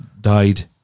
died